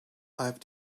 have